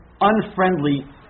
unfriendly